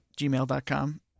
gmail.com